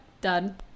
done